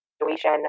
situation